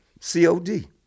COD